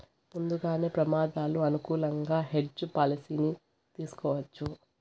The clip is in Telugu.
ముందుగానే ప్రమాదాలు అనుకూలంగా హెడ్జ్ పాలసీని తీసుకోవచ్చు